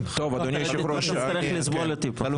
תצטרך לסבול אותי פה.